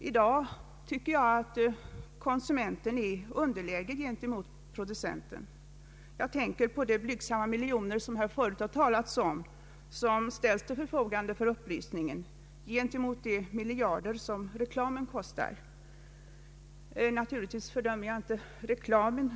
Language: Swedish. I dag tycker jag att konsumenten är i underläge gentemot producenten. Jag tänker på de få miljoner som det här förut talats om och som kommer att ställas till förfogande för upplysning på detta område i förhållande till de miljarder som reklamen kostar. Naturligtvis fördömer jag inte reklamen.